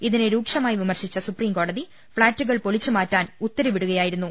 ഇതിനെ രൂക്ഷമായി വിമർശിച്ച സുപ്രീംകോ ടതി ഫ്ളാറ്റുകൾ പൊളിച്ചുമാറ്റാൻ ഉത്തരവിടുകയുമായിരുന്നു